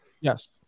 Yes